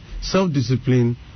self-discipline